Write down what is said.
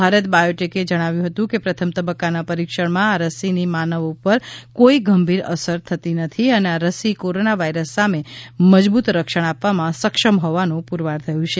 ભારત બોયોટેકે જણાવ્યું હતુ કે પ્રથમ તબક્કાના પરીક્ષણમાં આ રસીની માનવો ઉપર કોઈ ગંભીર અસર થતી નથી અને આ રસી કોરોના વાઈરસ સામે મજબૂત રક્ષણ આપવામાં સક્ષમ હોવાનું પુરવાર થયુ છે